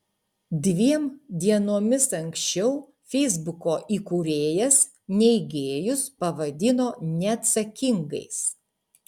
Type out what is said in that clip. dviem dienomis anksčiau feisbuko įkūrėjas neigėjus pavadino neatsakingais